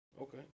Okay